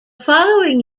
following